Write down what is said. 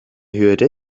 hürde